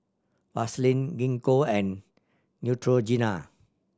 Vaselin Gingko and Neutrogena